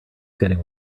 getting